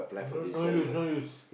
I don't no use no use